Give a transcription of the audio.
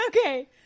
Okay